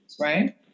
Right